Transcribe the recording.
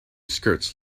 skirts